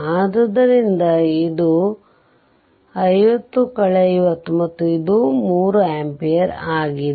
ಆದ್ದರಿಂದ ಇದು 50 50 ಮತ್ತು ಇದು 3 ಆಂಪಿಯರ್ ಆಗಿದೆ